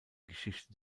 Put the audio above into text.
geschichte